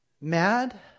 mad